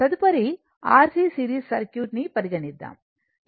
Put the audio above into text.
తదుపరి RC series సర్క్యూట్ని పరిగణిద్దాము